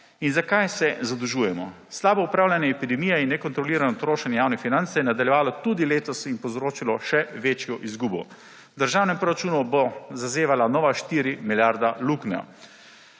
In zakaj se zadolžujemo? Slabo upravljanje epidemije in nekontrolirano trošenje javnih financ se je nadaljevalo tudi letos in povzročilo še večjo izgubo. V državnem proračunu bo zazevala nova 4-milijardna luknja.